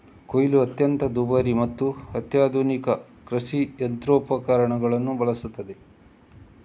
ಕೊಯ್ಲು ಅತ್ಯಂತ ದುಬಾರಿ ಮತ್ತು ಅತ್ಯಾಧುನಿಕ ಕೃಷಿ ಯಂತ್ರೋಪಕರಣಗಳನ್ನು ಬಳಸುತ್ತದೆ